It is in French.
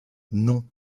non